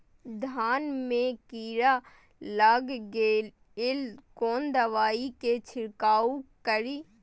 धान में कीरा लाग गेलेय कोन दवाई से छीरकाउ करी?